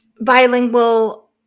Bilingual